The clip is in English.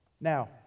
Now